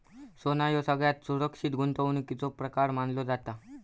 सोना ह्यो सगळ्यात सुरक्षित गुंतवणुकीचो प्रकार मानलो जाता